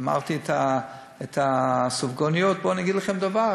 אמרתי על הסופגניות, ובואו אני אגיד לכם דבר: